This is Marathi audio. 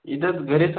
इथंच घरीच